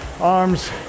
arms